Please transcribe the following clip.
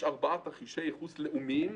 יש ארבעה תרחישי ייחוס לאומיים,